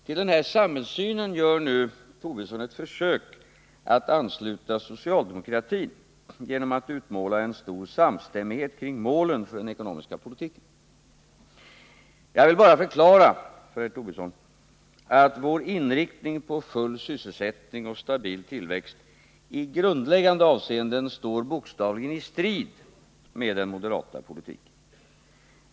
Till denna samhällssyn gör nu herr Tobisson ett försök att ansluta socialdemokratin genom att utmåla en stor samstämmighet kring målen för den ekonomiska politiken. Jag vill bara förklara för herr Tobisson att vår inriktning på full sysselsättning och stabil tillväxt i grundläggande avseenden står bokstavligen i strid med den moderata politiken.